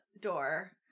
door